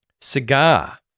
Cigar